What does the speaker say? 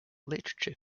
literature